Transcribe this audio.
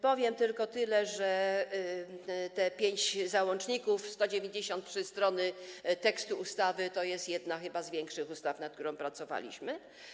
Powiem tylko tyle: pięć załączników, 193 strony tekstu ustawy, to jest chyba jedna z większych ustaw, nad którymi pracowaliśmy.